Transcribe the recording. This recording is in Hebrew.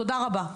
תודה רבה.